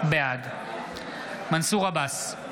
בעד מנסור עבאס,